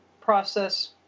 process